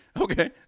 okay